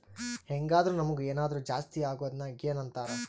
ಹೆಂಗಾದ್ರು ನಮುಗ್ ಏನಾದರು ಜಾಸ್ತಿ ಅಗೊದ್ನ ಗೇನ್ ಅಂತಾರ